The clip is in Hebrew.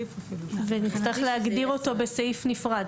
נצטרך להגדיר אותו בסעיף נפרד.